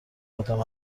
ادم